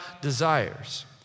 desires